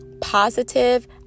positive